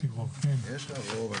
יש לך רוב.